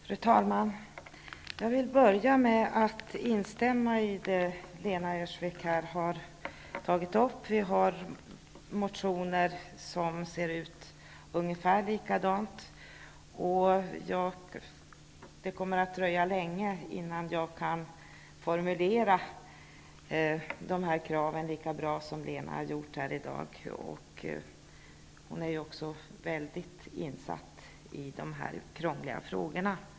Fru talman! Jag vill börja med att instämma i vad Lena Öhrsvik har tagit upp här. Vi har motioner som ser ungefär likadana ut. Det kommer att dröja länge innan jag kan formulera dessa krav lika bra som Lena Öhrsvik har gjort här i dag. Hon är ju mycket insatt i dessa krångliga frågor.